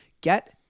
Get